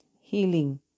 healing